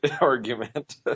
argument